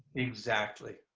exactly.